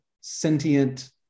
sentient